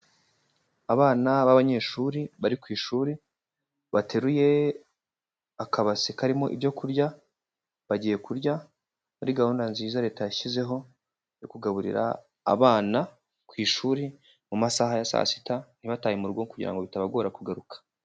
Abana b'abanyeshuri bari ku ishuri. Bateruye akabase karimo ibyo kurya bagiye kurya. Iyi ni gahunda nziza leta yashyizeho yo kugaburira abana ku ishuri mu masaha ya saa sita, ntibatahe murugo kugira ngo bitabagora kugaruka.